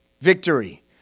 Victory